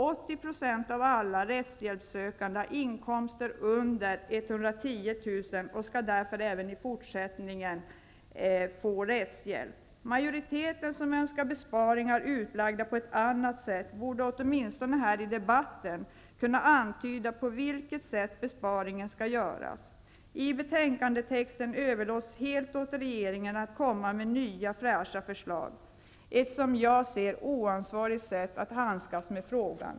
80 % av alla rättshjälpssökande har inkomster under 110 000 kr. och skall därför även i fortsättningen få rättshjälp. Majoriteten, som önskar besparingar utlagda på ett annat sätt, borde åtminstone här i debatten kunna antyda på vilket sätt besparingen skall göras. I betänkandetexten överlåts helt åt regeringen att komma med nya fräscha förslag. Det är ett som jag ser oansvarigt sätt att handskas med frågan.